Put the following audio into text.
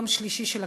יום שלישי של הכנסת,